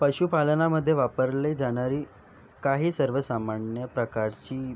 पशुपालनामध्ये वापरली जाणारी काही सर्वसामान्य प्रकारची